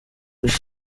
isi